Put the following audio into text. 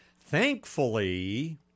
Thankfully